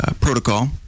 protocol